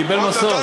קיבל מסוק.